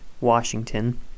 Washington